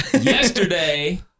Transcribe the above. yesterday